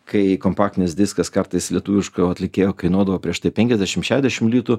kai kompaktinis diskas kartais lietuviško atlikėjo kainuodavo prieš tai penkiasdešimt šešiasdešimt litų